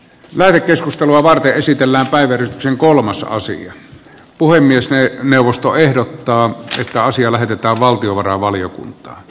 meillä keskustelua vaan esitellään waiver sen kolmas osia puhemies vei puhemiesneuvosto ehdottaa että asia lähetetään valtiovarainvaliokuntaan